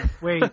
wait